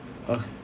uh